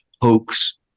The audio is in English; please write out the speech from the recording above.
hoax